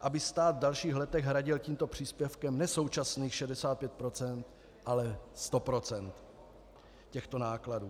aby stát v dalších letech hradil tímto příspěvkem ne současných 65 %, ale 100 % těchto nákladů.